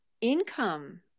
income